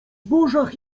zbożach